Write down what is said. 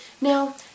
Now